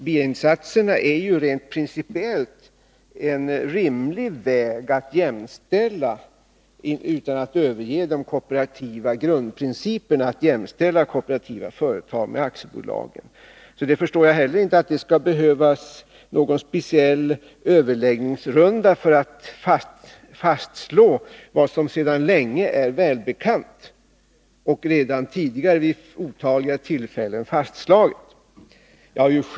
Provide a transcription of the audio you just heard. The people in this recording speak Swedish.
B-insatserna är rent principiellt en rimlig väg att gå för att, utan att överge de kooperativa grundprinciperna, jämställa de kooperativa företagen med aktiebolag. Ätt.det skulle behövas någon speciell överläggningsrunda för att fastslå vad som sedamlänge är välbekant och vid otaliga tillfällen tidigare fastslaget förstår jag inte heller.